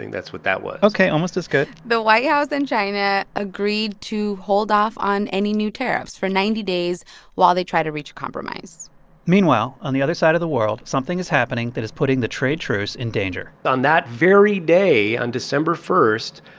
that's what that was ok, almost as good the white house and china agreed to hold off on any new tariffs for ninety days while they try to reach a compromise meanwhile, on the other side of the world, something is happening that is putting the trade truce in danger on that very day, on december one,